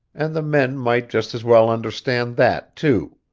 and the men might just as well understand that, too.